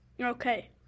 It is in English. Okay